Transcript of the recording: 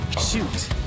shoot